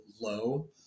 low